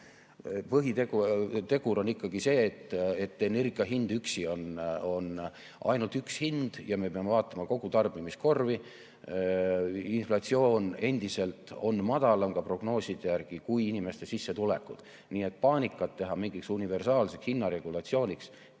põhitegur. Põhitegur on ikkagi see, et energia hind üksi on ainult üks hind ja me peame vaatama kogu tarbimiskorvi. Inflatsioon on endiselt madalam, ka prognooside järgi, kui inimeste sissetulekud. Nii et teha paanikat, et on vaja mingit universaalset hinnaregulatsiooni,